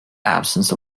absence